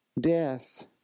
death